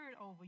over